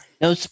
No